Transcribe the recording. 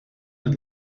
and